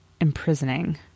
imprisoning